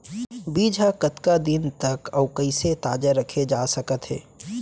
बीज ह कतका दिन तक अऊ कइसे ताजा रखे जाथे सकत हे?